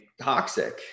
toxic